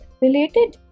related